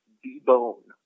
debone